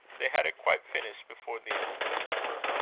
they had it quite finished before the end of november.